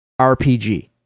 RPG